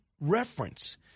reference